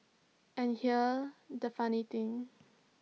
and here the funny thing